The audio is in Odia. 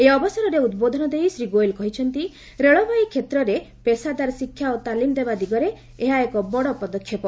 ଏହି ଅବସରରେ ଉଦ୍ବୋଧନ ଦେଇ ଶ୍ରୀ ଗୋଏଲ୍ କହିଛନ୍ତି ରେଳବାଇ କ୍ଷେତ୍ରରେ ପେଷାଦାର ଶିକ୍ଷା ଓ ତାଲିମ ଦେବା ଦିଗରେ ଏହା ଏକ ବଡ଼ ପଦକ୍ଷେପ